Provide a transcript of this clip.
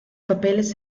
papeles